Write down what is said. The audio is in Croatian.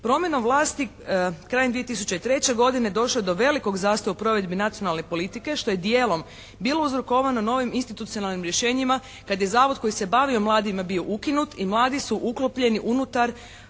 Promjenom vlasti krajem 2003. godine došlo je do velikog zastoja u provedbi nacionalne politike što je dijelom bilo uzrokovano novim institucionalnim rješenjima kad je zavod koji se bavio mladima bio ukinut i mladi su uklopljeni unutar